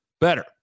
better